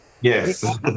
Yes